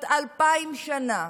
בת אלפיים השנה.